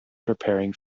preparing